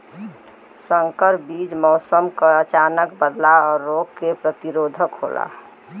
संकर बीज मौसम क अचानक बदलाव और रोग के प्रतिरोधक होला